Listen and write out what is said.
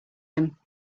him